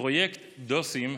פרויקט "דוסים"